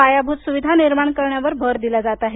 पायाभूत सुविधा निर्माण करण्यावर भर दिला जात आहे